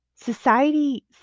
Society